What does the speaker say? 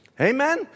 Amen